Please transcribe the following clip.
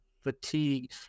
fatigue